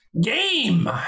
Game